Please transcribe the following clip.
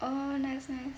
oh nice nice